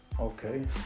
okay